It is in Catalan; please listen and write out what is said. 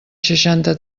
seixanta